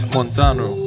Montano